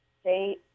state